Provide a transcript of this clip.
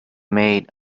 made